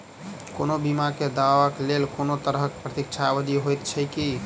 कोनो बीमा केँ दावाक लेल कोनों तरहक प्रतीक्षा अवधि होइत छैक की?